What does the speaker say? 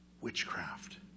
Witchcraft